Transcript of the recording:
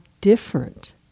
different